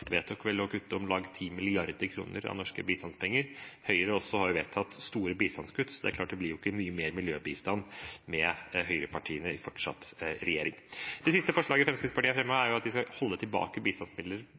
vedtok å kutte om lag 10 mrd. kr i norske bistandspenger. Høyre har også vedtatt store bistandskutt, så det blir ikke mye mer miljøbistand med høyrepartiene fortsatt i regjering. Det siste forslaget Fremskrittspartiet har